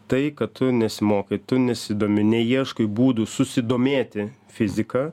tai kad tu nesimokai tu nesidomi neieškai būdų susidomėti fizika